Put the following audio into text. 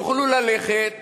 יוכלו ללכת להירשם,